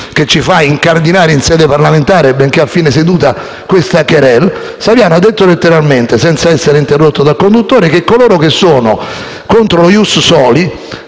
farci incardinare in sede parlamentare, benché a fine seduta, questa *querelle*. Saviano ha detto letteralmente, senza essere interrotto dal conduttore, che coloro che sono contro lo *ius soli*,